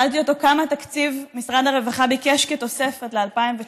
כמה תקציב משרד הרווחה ביקש כתוספת ל-2019.